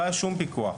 לא היה שום פיקוח.